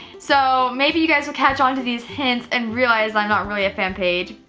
so maybe you guys will catch on to these hints and realize i'm not really a fan page.